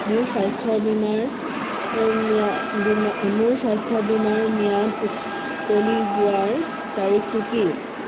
মোৰ স্বাস্থ্য বীমাৰ ম্য়া বীমাৰ মোৰ স্বাস্থ্য বীমাৰ ম্যাদ উকলি যোৱাৰ তাৰিখটো কি